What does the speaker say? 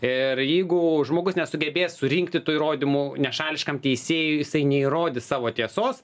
ir jeigu žmogus nesugebės surinkti tų įrodymų nešališkam teisėjui jisai neįrodys savo tiesos